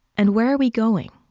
and where are we going?